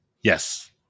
Yes